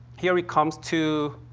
here it comes to